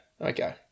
okay